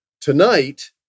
Tonight